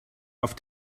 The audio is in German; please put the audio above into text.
auf